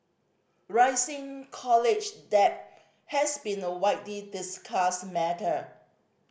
rising college debt has been a widely discussed matter